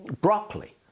broccoli